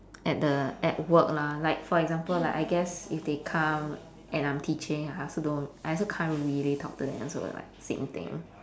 at the at work lah like for example like I guess if they come and I'm teaching I also don't I also can't really talk to them so like same thing